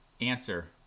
answer